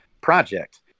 project